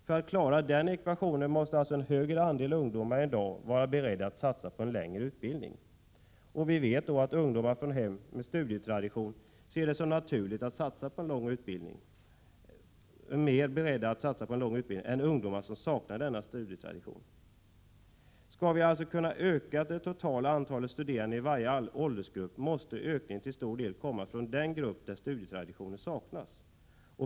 För att klara den ekvationen måste en större andel ungdomar än i dag vara beredda att satsa på en längre utbildning. Vi vet att ungdomar från hem med studietradition ser det som mer naturligt att satsa på en lång utbildning än ungdomar som saknar denna studietradition från hemmet. Skall vi kunna öka den totala andelen studerande i varje åldersgrupp måste alltså ökningen till stor del komma från den grupp där studietraditioner saknas.